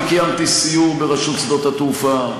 אני קיימתי סיור ברשות שדות התעופה,